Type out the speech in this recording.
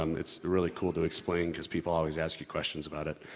um it's really cool to explain because people always ask you questions about it.